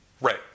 Right